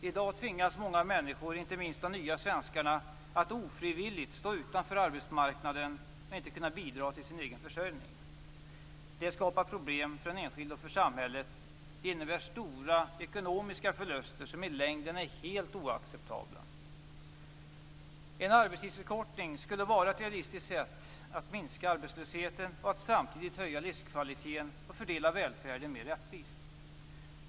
I dag tvingas många människor, inte minst de nya svenskarna, att ofrivilligt stå utanför arbetsmarknaden och inte kunna bidra till sin egen försörjning. Det skapar problem för den enskilde och samhället, och det innebär stora ekonomiska förluster som i längden är helt oacceptabla. En arbetstidsförkortning skulle vara ett realistiskt sätt att minska arbetslösheten och samtidigt höja livskvaliteten och fördela välfärden mer rättvist.